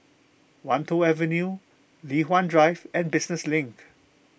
Wan Tho Avenue Li Hwan Drive and Business Link